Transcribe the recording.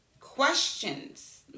questions